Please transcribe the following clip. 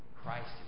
Christ